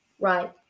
Right